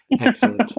Excellent